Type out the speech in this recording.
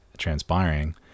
transpiring